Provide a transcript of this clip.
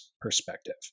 perspective